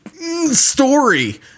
story